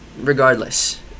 Regardless